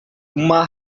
uma